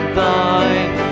thine